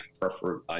prefer